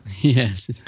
Yes